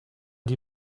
die